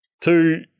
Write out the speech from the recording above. Two